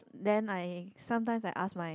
then I sometimes I ask my